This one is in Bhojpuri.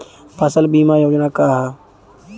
फसल बीमा योजना का ह?